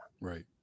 Right